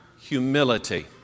humility